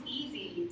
easy